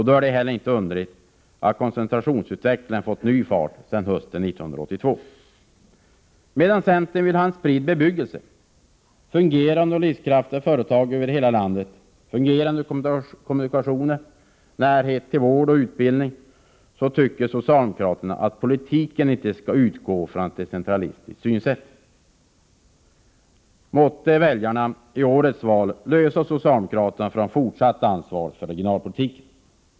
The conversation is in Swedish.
Då är det inte heller underligt att koncentrationsutvecklingen fått ny fart sedan hösten 1982. Medan centern vill ha en spridd bebyggelse, fungerande och livskraftiga företag över hela landet, fungerande kommunikationer, närhet till vård och utbildning, så tycker socialdemokraterna att politiken inte skall utgå från ett decentralistiskt synsätt. Måtte väljarna i årets val lösa socialdemokraterna från fortsatt ansvar för regionalpolitiken!